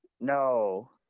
No